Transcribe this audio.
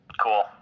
Cool